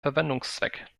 verwendungszweck